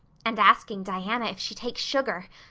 and asking diana if she takes sugar!